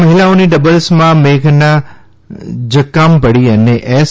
મહિલાઓની ડબલ્સમાં મેઘના જક્કામપડી અને એસ